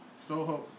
Soho